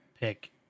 pick